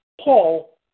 Paul